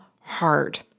hard